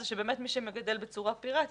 זה שבאמת מי שמגדל בצורה פירטית,